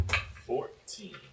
Fourteen